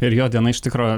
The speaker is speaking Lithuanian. ir jo diena iš tikro